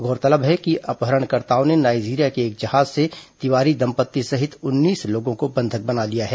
गौरतलब है कि अपहरणकर्ताओं ने नाइजीरिया के एक जहाज से तिवारी दम्पि ्ा सहित उन्नीस लोगों को बंधक बना लिया है